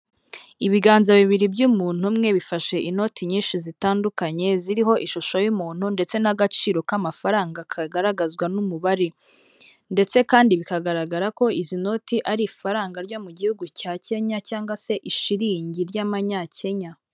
ibiganza bibiri by'umuntu umwe bifashe inoti nyinshi zitandukanye, ziriho ishusho y'umuntu ndetse n'agaciro k'amafaranga kagaragazwa n'umubare, ndetse kandi bikagaragara ko izi noti ari ifaranga ryo mu gihugu cya Kenya cyangwa se ishilingi ry'amanyakenya.